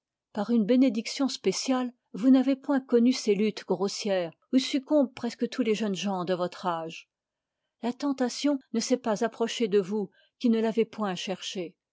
par une bénédiction spéciale vous n'avez pas connu ces luttes grossières où succombent presque tous les jeunes gens de votre âge la tentation ne s'est pas approchée de vous qui ne l'avez point cherchée